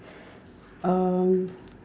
um